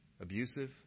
abusive